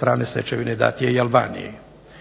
pravne stečevine dat je i Albaniji.